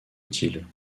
utiles